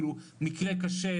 מקרה קשה,